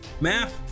map